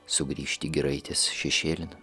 sugrįžti giraitės šešėlin